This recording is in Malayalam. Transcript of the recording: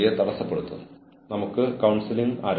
അച്ചടക്ക നടപടിക്രമങ്ങൾ ആവശ്യമാണ്